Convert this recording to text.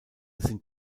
sind